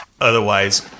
otherwise